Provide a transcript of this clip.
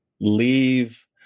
leave